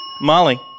Molly